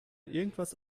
irgendwas